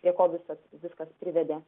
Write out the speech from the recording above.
prie ko visas viskas privedė